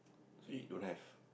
so you don't have